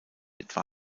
etwa